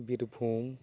Birbhum